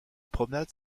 promenade